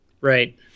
Right